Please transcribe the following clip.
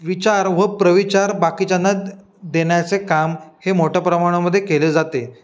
विचार व प्रविचार बाकीच्यांना देण्याचे काम हे मोठ्या प्रमाणामध्ये केले जाते